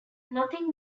nothing